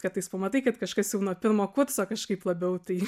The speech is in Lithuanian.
kartais pamatai kad kažkas jau nuo pirmo kurso kažkaip labiau tai